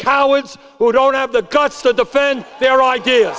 cowards who don't have the guts to defend their idea